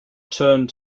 turned